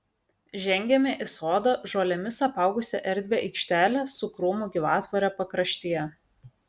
žengėme į sodą žolėmis apaugusią erdvią aikštelę su krūmų gyvatvore pakraštyje